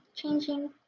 changing,